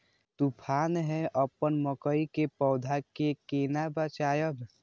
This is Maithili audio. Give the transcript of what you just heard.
तुफान है अपन मकई के पौधा के केना बचायब?